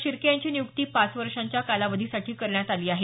शिर्के यांची नियुक्ती पाच वर्षांच्या कालावधीसाठी करण्यात आली आहे